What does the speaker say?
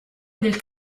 del